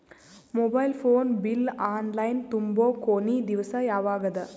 Mobile phone bill online ತುಂಬೊ ಕೊನಿ ದಿವಸ ಯಾವಗದ?